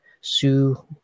Sue